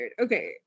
Okay